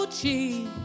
cheap